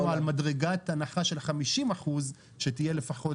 בזמנו דיברנו על מדרגת הנחה של 50 אחוז שתהיה לפחות,